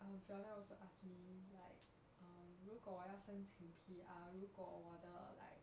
um fiona ask me like um 如果我要申请 P_R 如果我的 like